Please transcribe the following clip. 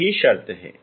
यही शर्त है